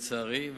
לצערי,